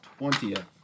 20th